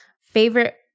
Favorite